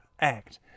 act